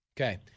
Okay